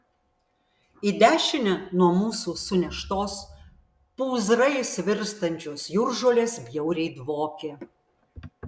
į dešinę nuo mūsų suneštos pūzrais virstančios jūržolės bjauriai dvokė